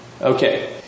Okay